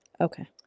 Okay